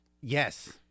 Yes